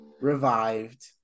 revived